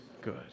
good